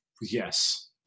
yes